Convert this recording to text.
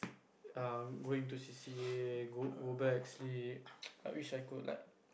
err going to C_C_A go go back sleep I wish I could like